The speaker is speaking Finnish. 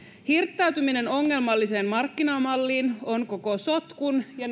hirttäytyminen ongelmalliseen markkinamalliin on koko sotkun ja